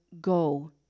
go